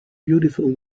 beautiful